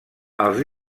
els